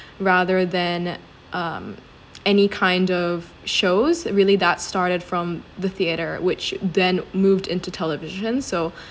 rather than um any kind of shows really that started from the theatre which then moved into television so